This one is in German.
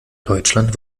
deutschland